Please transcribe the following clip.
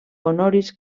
honoris